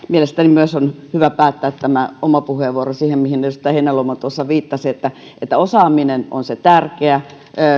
mielestäni myös on hyvä päättää tämä oma puheenvuoroni siihen mihin edustaja heinäluoma tuossa viittasi että että osaaminen on se tärkeä asia